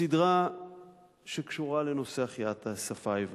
סדרה שקשורה לנושא החייאת השפה העברית,